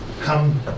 come